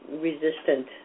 resistant